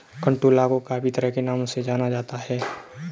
कंटोला को काफी तरह के नामों से जाना जाता है